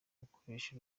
gukoresha